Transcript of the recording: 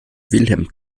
wilhelm